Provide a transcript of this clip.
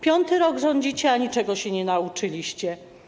Piąty rok rządzicie, a niczego się nie nauczyliście.